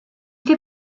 fait